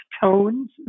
tones